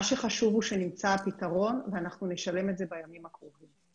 מה שחשוב הוא שנמצא הפתרון ואנחנו נשלם את זה בימים הקרובים,